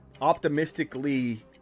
optimistically